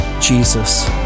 Jesus